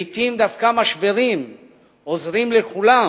לעתים, דווקא משברים עוזרים לכולם